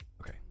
Okay